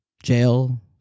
Jail